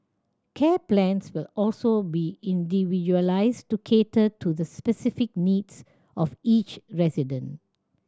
care plans will also be individualised to cater to the specific needs of each resident